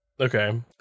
Okay